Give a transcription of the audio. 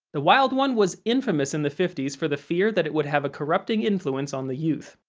the wild one was infamous in the fifty s for the fear that it would have a corrupting influence on the youth.